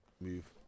Move